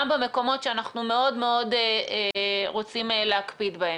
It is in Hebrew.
גם במקומות שאנחנו מאוד מאוד רוצים להקפיד בהם.